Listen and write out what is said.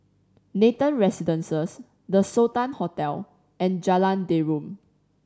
Nathan Residences The Sultan Hotel and Jalan Derum